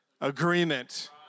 agreement